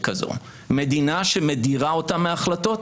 מדינה שמדירה אותם מההחלטות,